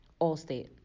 Allstate